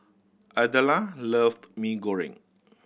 Idella loved Mee Goreng